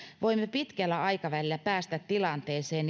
voimme pitkällä aikavälillä päästä tilanteeseen